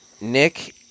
Nick